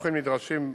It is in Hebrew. דיווחים נדרשים,